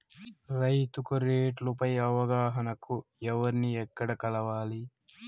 రైతుకు రేట్లు పై అవగాహనకు ఎవర్ని ఎక్కడ కలవాలి?